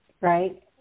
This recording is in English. Right